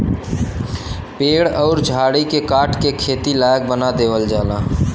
पेड़ अउर झाड़ी के काट के खेती लायक बना देवल जाला